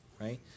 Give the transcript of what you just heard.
right